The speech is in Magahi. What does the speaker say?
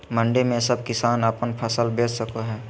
मंडी में सब किसान अपन फसल बेच सको है?